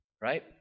right